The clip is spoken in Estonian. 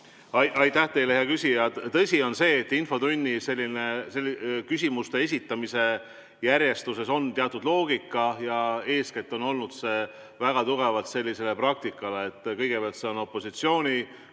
Aitäh teile, hea küsija! Tõsi on see, et infotunni küsimuste esitamise järjestuses on teatud loogika. Eeskätt on olnud väga tugevalt selline praktika, et kõigepealt saab opositsioon